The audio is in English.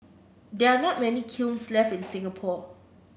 there are not many kilns left in Singapore